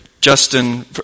Justin